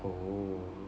oh